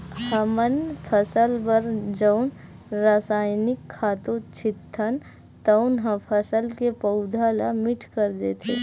हमन फसल बर जउन रसायनिक खातू छितथन तउन ह फसल के पउधा ल मीठ कर देथे